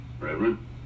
Reverend